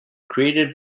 created